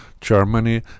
Germany